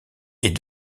est